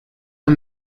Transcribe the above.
him